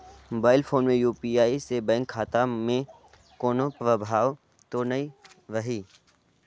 Mobile phone मे UPI से bank खाता मे कोनो प्रभाव तो नइ रही?